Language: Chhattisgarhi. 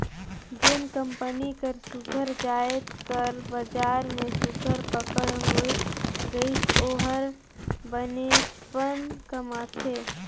जेन कंपनी कर सुग्घर जाएत कर बजार में सुघर पकड़ होए गइस ओ हर बनेचपन कमाथे